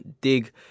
dig